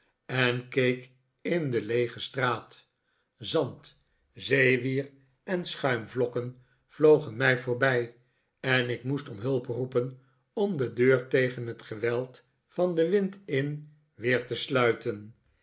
en keek in de leege straat zand zeewier en schuimvlokken vlogen mij voorbij en ik moest om hulp roepen om de deur tegen het geweld van den wind in weer te sluiten